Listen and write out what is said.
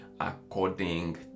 according